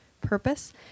purpose